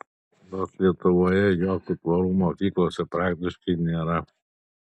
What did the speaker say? nors lietuvoje jokių tvorų mokyklose praktiškai nėra